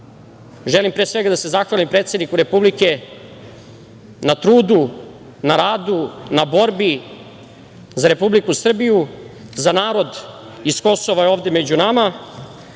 želim pre svega da se zahvalim predsedniku Republike na trudu, na radu, na borbi za Republiku Srbiju, za narod iz Kosova je ovde među nama.